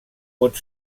pot